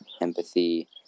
empathy